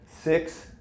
Six